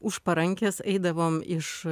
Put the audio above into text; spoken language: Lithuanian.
už parankės eidavom iš